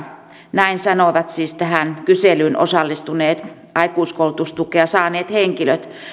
näin sanoivat siis tähän kyselyyn osallistuneet aikuiskoulutustukea saaneet henkilöt